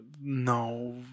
No